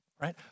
right